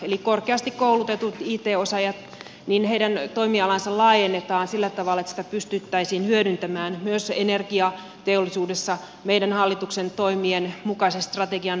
eli korkeasti koulutettujen it osaajien toimialaa laajennettaisiin sillä tavalla että sitä pystyttäisiin hyödyntämään myös energiaa teollisuudessa veden hallituksen toimien energiateollisuudessa